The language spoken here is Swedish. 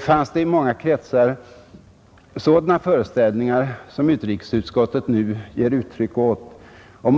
fanns det i många kretsar sådana föreställningar som utrikesutskottet nu ger uttryck åt.